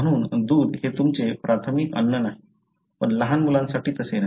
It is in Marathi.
म्हणून दूध हे तुमचे प्राथमिक अन्न नाही पण लहान मुलांसाठी तसे नाही